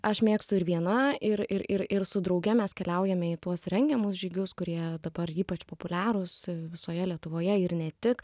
aš mėgstu ir viena ir ir ir ir su drauge mes keliaujame į tuos rengiamus žygius kurie dabar ypač populiarūs visoje lietuvoje ir ne tik